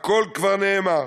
הכול כבר נאמר: